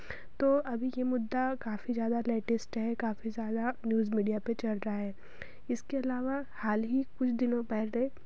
तो अभी यह मुद्दा काफ़ी ज़्यादा लैटेस्ट है काफी ज़्यादा न्यूज़ मीडिया पर चल रहा है इसके अलावा हाल ही कुछ दिनों पहले